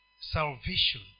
salvation